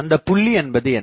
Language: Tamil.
அந்தப் புள்ளி என்பது என்ன